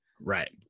Right